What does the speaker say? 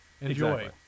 Enjoy